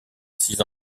six